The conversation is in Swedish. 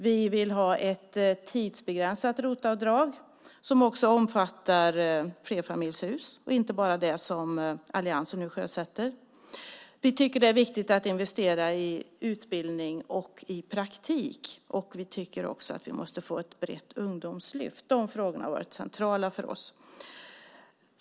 Vi vill också ha ett tidsbegränsat ROT-avdrag som även omfattar flerfamiljshus, alltså inte bara det som alliansen nu sjösätter. Vidare tycker vi att det är viktigt att investera i utbildning och praktik samt att det behövs ett brett ungdomslyft. De frågorna har varit centrala för oss.